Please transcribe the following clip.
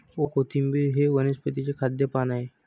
ओवा, कोथिंबिर हे वनस्पतीचे खाद्य पान आहे